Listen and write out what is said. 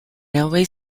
railway